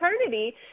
eternity